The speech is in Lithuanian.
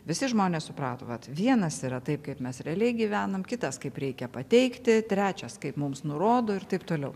visi žmonės suprato vat vienas yra taip kaip mes realiai gyvenam kitas kaip reikia pateikti trečias kaip mums nurodo ir taip toliau